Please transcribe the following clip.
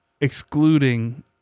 excluding